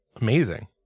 Amazing